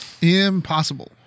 impossible